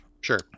Sure